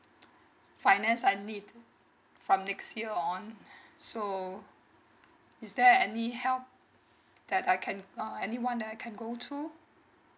finance I need from next year on so is there any help that I can uh anyone that I can go to